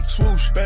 Swoosh